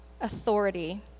authority